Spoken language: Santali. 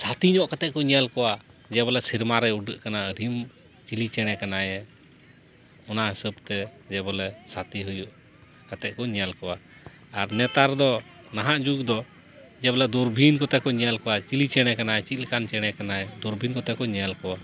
ᱥᱟᱛᱤ ᱧᱚᱜ ᱠᱟᱛᱮᱫ ᱠᱚ ᱧᱮᱞ ᱠᱚᱣᱟ ᱡᱮᱵᱚᱞᱮ ᱥᱮᱨᱢᱟ ᱨᱮᱭ ᱩᱰᱟᱹᱜ ᱠᱟᱱᱟ ᱟᱹᱰᱤ ᱪᱤᱞᱤ ᱪᱮᱬᱮ ᱠᱟᱱᱟᱭᱮ ᱚᱱᱟ ᱦᱤᱥᱟᱹᱵ ᱛᱮ ᱡᱮ ᱵᱚᱞᱮ ᱥᱟᱛᱮ ᱦᱩᱭᱩᱜ ᱠᱟᱛᱮ ᱠᱚ ᱧᱮᱞ ᱠᱚᱣᱟ ᱟᱨ ᱱᱮᱛᱟᱨ ᱫᱚ ᱱᱟᱦᱟᱜ ᱡᱩᱜᱽ ᱫᱚ ᱡᱮᱵᱚᱞᱮ ᱫᱩᱨᱵᱷᱤᱱ ᱠᱚᱛᱮ ᱠᱚ ᱧᱮᱞ ᱠᱚᱣᱟ ᱪᱤᱞᱤ ᱪᱮᱬᱮ ᱠᱟᱱᱟᱭ ᱪᱮᱫ ᱞᱮᱠᱟᱱ ᱪᱮᱬᱮ ᱠᱟᱱᱟᱭ ᱫᱩᱨᱵᱤᱱ ᱠᱚᱛᱮ ᱠᱚ ᱧᱮᱞ ᱠᱚᱣᱟ